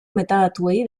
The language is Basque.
metadatuei